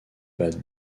bade